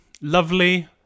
lovely